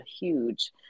huge